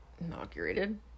inaugurated